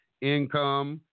income